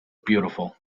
beautiful